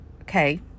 Okay